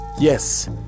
Yes